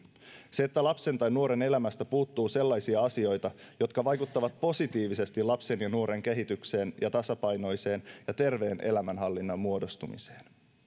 se että lapsen tai nuoren elämästä puuttuu sellaisia asioita jotka vaikuttavat positiivisesti lapsen ja nuoren kehitykseen ja tasapainoisen ja terveen elämänhallinnan muodostumiseen